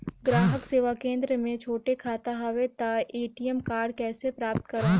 ग्राहक सेवा केंद्र मे छोटे खाता हवय त ए.टी.एम कारड कइसे प्राप्त करव?